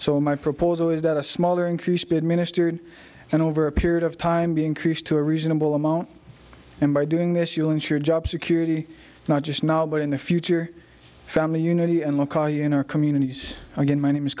so my proposal is that a smaller increase be administered and over a period of time be increased to a reasonable amount and by doing this you will ensure job security not just now but in the future family unity and we'll call you in our communities again my name is